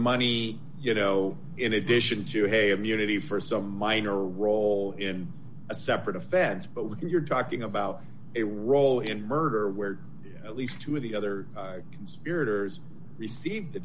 money you know in addition to hey immunity for some minor role in a separate offense but when you're talking about a role in murder where at least two of the other conspirators received